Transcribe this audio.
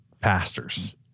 pastors